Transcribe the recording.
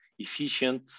efficient